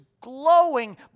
glowing